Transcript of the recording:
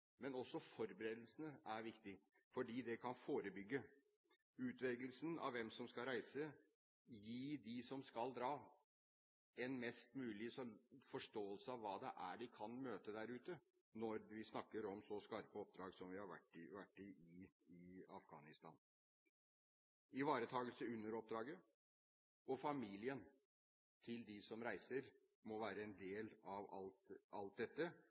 Men også forberedelsene er viktige, fordi de kan forebygge. Det handler om utvelgelsen av hvem som skal reise, gi dem en best mulig forståelse av hva de kan møte der ute når vi snakker om så skarpe oppdrag som dem vi har vært i i Afghanistan. Det handler også om ivaretakelse under oppdraget, og at familien til dem som reiser må være en del av alt dette,